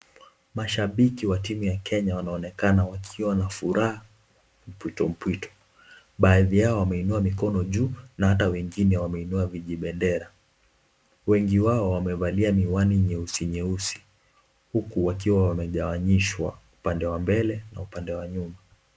Mashabiki wa Kenya wanaonekana wakiwa na furaha mpwito mpwito. Baadhi yao wameinua mikono juu na hata wengine wameinua vijibendera. Wengi wao wamevalia miwani nyeusi nyeusi huku wakiwa wamegawanishwa upande wa mbele na upande wa nyuma.